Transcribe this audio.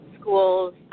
schools